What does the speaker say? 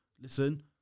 Listen